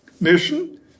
Mission